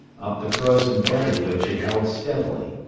up the frozen bed of which it held steadily.